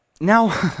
now